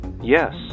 Yes